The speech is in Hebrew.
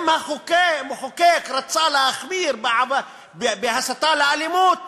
אם המחוקק רצה להחמיר בהסתה לאלימות